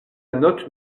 note